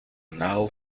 now